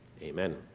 Amen